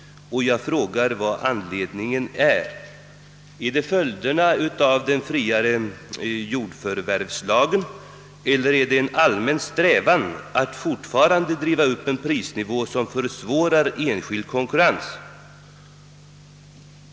Vad är anledningen därtill? är det följderna av den friare jordförvärvslagen eller är det en allmän strävan att fortfarande driva upp en prisnivå som försvårar enskild konkurrens?